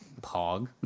pog